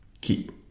Keep